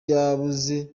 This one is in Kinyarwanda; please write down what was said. yabuze